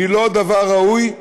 היא לא דבר ראוי.